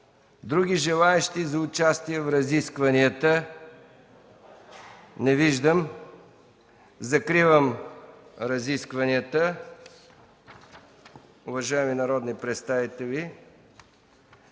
Други желаещи за участие в разискванията? Не виждам. Закривам разискванията. Уважаеми народни представители,